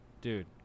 Dude